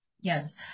Yes